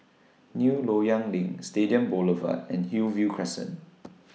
New Loyang LINK Stadium Boulevard and Hillview Crescent